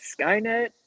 skynet